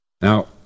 Now